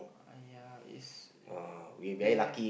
!aiya! it's they have